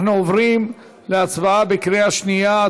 אנחנו עוברים להצבעה בקריאה שנייה על